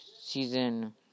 Season